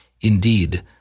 Indeed